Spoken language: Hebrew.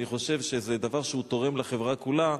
אני חושב שזה דבר שתורם לחברה כולה,